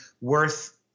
worth